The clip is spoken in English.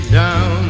down